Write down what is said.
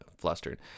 flustered